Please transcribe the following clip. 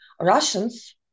Russians